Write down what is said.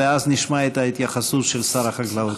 ואז נשמע את ההתייחסות של שר החקלאות.